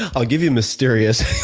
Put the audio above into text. ah ah give you mysterious.